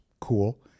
cool